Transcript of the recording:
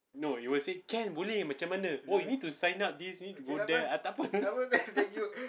no you will say can boleh macam mana oh you need to sign up this you need to do that ah tak apa